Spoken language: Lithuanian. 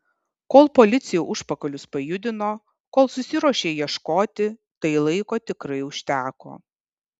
kol policija užpakalius pajudino kol susiruošė ieškoti tai laiko tikrai užteko